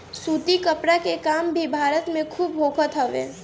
सूती कपड़ा के काम भी भारत में खूब होखत हवे